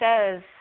says